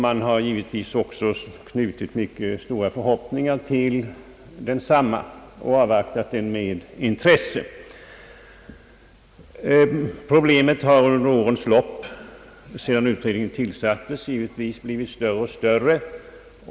Man har givetvis också knutit mycket stora förhoppningar till den och avvaktar den med intresse. Problemet har under årens lopp sedan utredningen tillsattes givetvis blivit större och större.